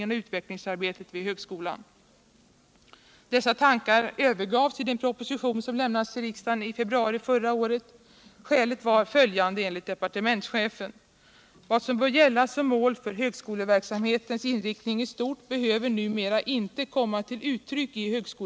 Och det finns inte skäl att sväva på målet.